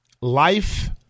life